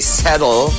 settle